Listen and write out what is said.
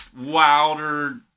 wilder